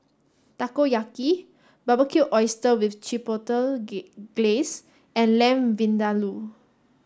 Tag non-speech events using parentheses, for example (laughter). Takoyaki Barbecued Oysters with Chipotle (unintelligible) Glaze and Lamb Vindaloo